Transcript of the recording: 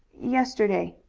yesterday,